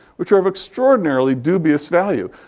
which are of extraordinarily dubious value.